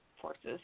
forces